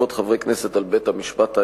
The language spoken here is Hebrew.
התקפות חברי כנסת על בית-המשפט העליון,